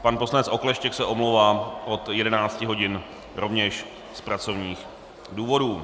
Pan poslanec Okleštěk se omlouvá od 11 hodin, rovněž z pracovních důvodů.